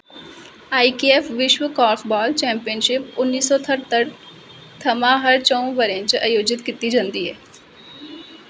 आई K F विश्व korfball championship उन्नी सौ ठत्तर थमां हर च'ऊं ब'रें च अयोजत कीती जंदी ऐ